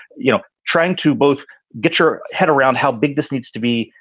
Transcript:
you know, trying to both get your head around how big this needs to be.